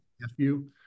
nephew